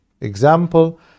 example